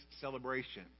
celebration